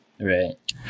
right